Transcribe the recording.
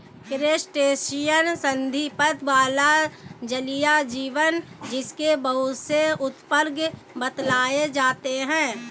crustacean संधिपाद वाला जलीय जीव है जिसके बहुत से उपवर्ग बतलाए जाते हैं